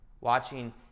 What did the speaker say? watching